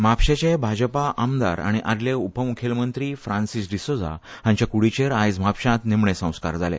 म्हापशेचे भाजपा आमदार आनी आदले उपमुखेलमंत्री फ्रांसिस डिसोझा हांचे कुडीचेर आयज म्हापश्यांत निमाणे संस्कार जाले